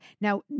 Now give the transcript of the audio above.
now